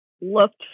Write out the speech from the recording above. looked